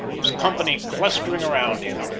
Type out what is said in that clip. his company clustering round him,